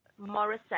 Morissette